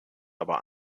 aber